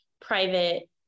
private